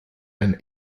ein